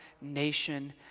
nation